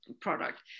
product